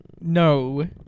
No